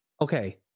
Okay